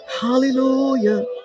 hallelujah